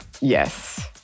Yes